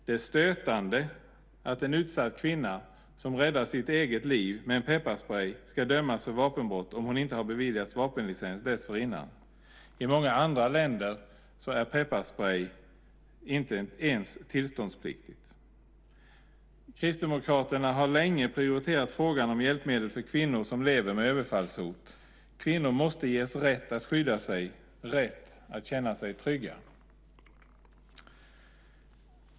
Det är stötande att en utsatt kvinna, som räddar sitt eget liv med pepparsprej, ska dömas för vapenbrott om hon inte beviljats vapenlicens dessförinnan. I många andra länder är pepparsprej inte ens tillståndspliktig. Kristdemokraterna har länge prioriterat frågan om hjälpmedel för kvinnor som lever med överfallshot. Kvinnor måste ges rätt att skydda sig, rätt att känna sig trygga.